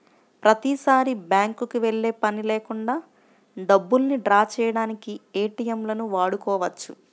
ప్రతిసారీ బ్యేంకుకి వెళ్ళే పని లేకుండా డబ్బుల్ని డ్రా చేయడానికి ఏటీఎంలను వాడుకోవచ్చు